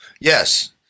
Yes